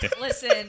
Listen